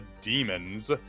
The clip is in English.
demons